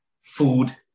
food